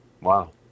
wow